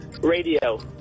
Radio